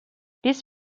this